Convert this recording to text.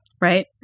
right